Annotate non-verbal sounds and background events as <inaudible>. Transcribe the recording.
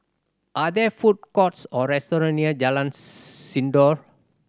are there food courts or restaurant near Jalan <hesitation> Sindor